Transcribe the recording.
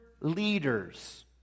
leaders